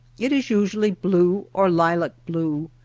it is usually blue or lilac-blue,